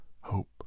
hope